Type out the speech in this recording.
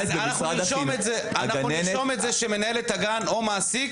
אנחנו נרשום את זה שמנהלת הגן או מעסיק,